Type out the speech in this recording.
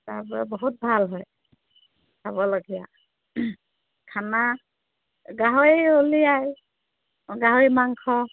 তাৰপৰা বহুত ভাল হয় চাবলগীয়া খানা গাহৰি ওলিয়ায় গাহৰি মাংস